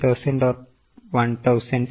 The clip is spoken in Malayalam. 2000 or 3000 or 1000